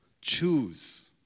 choose